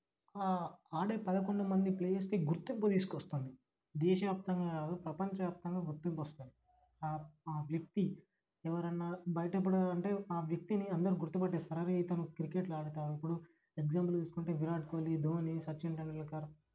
ఆడే పదకొండు మంది ప్లేయర్స్కి గుర్తింపు తీసుకొస్తోంది దేశవ్యాప్తంగా కాదు ప్రపంచవ్యాప్తంగా గుర్తింపొస్తుంది ఆ వ్యక్తి ఎవరన్నా బయట ఎప్పుడైనా అంటే ఆ వ్యక్తిని అందరూ గుర్తుపట్టేస్తరు అరే ఇతను క్రికెట్లో ఆడతాడు ఇప్పుడు ఎగ్జాంపుల్గా తీసుకుంటే విరాట్ కోహ్లీ ధోని సచిన్ టెండూల్కర్